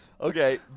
Okay